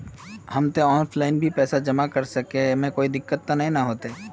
हम ते ऑफलाइन भी ते पैसा जमा कर सके है ऐमे कुछ दिक्कत ते नय न होते?